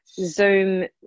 Zoom